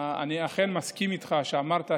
אני אכן מסכים למה שאמרת,